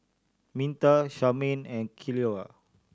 Minta Charmaine and Ceola